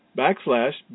backslash